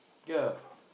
K ah